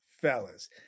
Fellas